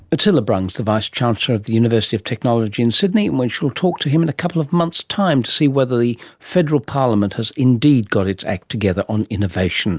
attila brungs, the vice-chancellor of the university of technology in sydney, and we shall talk to him in a couple of months' time to see whether the federal parliament has indeed got its act together on innovation